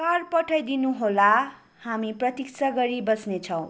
car पठाइदिनुहोला हामी प्रतीक्षा गरी बस्नेछौँ